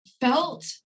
felt